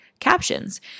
captions